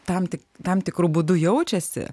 tam tik tam tikru būdu jaučiasi